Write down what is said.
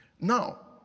Now